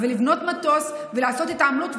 לבנות מטוס ולעשות התעמלות,